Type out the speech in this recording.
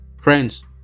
Friends